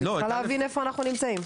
אני צריכה להבין איפה אנחנו נמצאים.